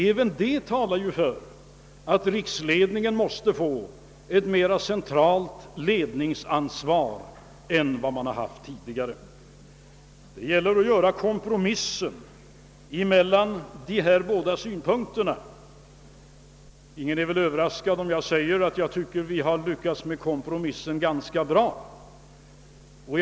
Även det talar för att riksledningen måste få ett större centralt ansvar än den har haft tidigare. Det gäller att finna en kompromiss mellan dessa båda synpunkter. Ingen är väl överraskad om jag säger, att jag tycker vi har lyckats ganska bra med kompromissen.